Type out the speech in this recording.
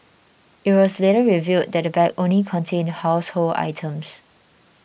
it was later revealed that the bag only contained household items